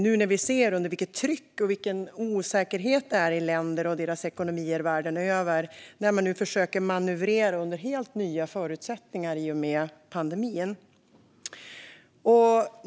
Nu ser vi vilket tryck och vilken osäkerhet det är för länder och ekonomier världen över när de försöker manövrera under helt nya förutsättningar i och med pandemin.